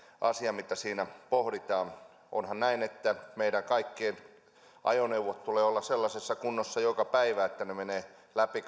asia mitä siinä pohditaan onhan näin että meidän kaikkien ajoneuvojen tulee olla sellaisessa kunnossa joka päivä että ne menevät läpi